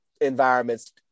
environments